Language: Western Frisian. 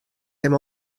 him